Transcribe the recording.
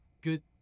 good